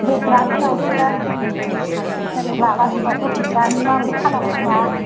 बे द्राख्सआवसो लाला जोबबाय गथ'फ्रा माब्रै खालामो मा